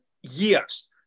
years